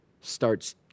starts